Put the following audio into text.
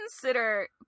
consider